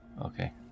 Okay